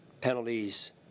penalties